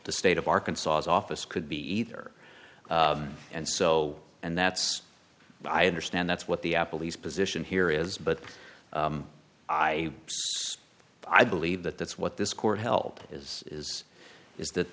the state of arkansas office could be either and so and that's i understand that's what the applebee's position here is but i i believe that that's what this court help is is is that